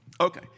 Okay